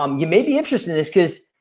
um you maybe interested in this cuz